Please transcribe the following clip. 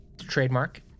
trademark